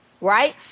right